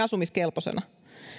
asumiskelpoisena